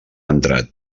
entrat